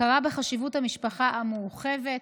הכרה בחשיבות המשפחה המורחבת,